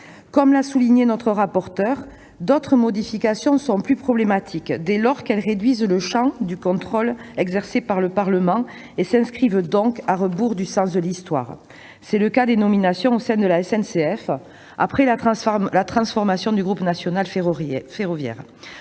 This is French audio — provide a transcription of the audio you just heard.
Comme l'a souligné notre rapporteur, d'autres modifications sont plus problématiques, car elles réduisent le champ du contrôle exercé par le Parlement et s'inscrivent à rebours de l'Histoire. C'est le cas des nominations au sein de la SNCF, à la suite de la transformation du groupe national ferroviaire.